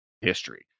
history